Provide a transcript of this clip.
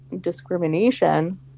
discrimination